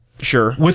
Sure